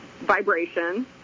Vibration